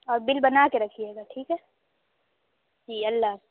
اور بل بنا کے رکھیے گا ٹھیک ہے جی اللہ حافظ